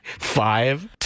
five